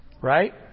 Right